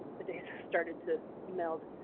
the days started to meld,